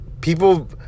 people